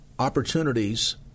opportunities